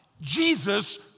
Jesus